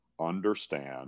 understand